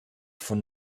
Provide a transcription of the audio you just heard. von